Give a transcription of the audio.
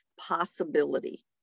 possibility